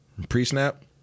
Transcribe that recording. pre-snap